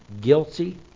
guilty